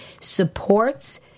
supports